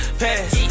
pass